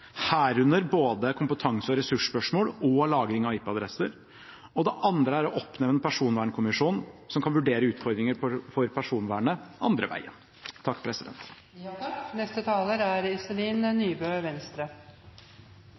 herunder både kompetanse- og ressursspørsmål og lagring av IP-adresser. Det andre er å oppnevne en personvernkommisjon som kan vurdere utfordringer for personvernet andre veien. Representanten Snorre Serigstad Valen har tatt opp de forslagene han refererte til. På en måte er